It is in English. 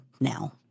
now